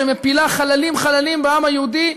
שמפילה חללים-חללים בעם היהודי,